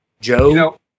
Joe